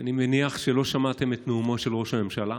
אני מניח שלא שמעתם את נאומו של ראש הממשלה.